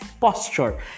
posture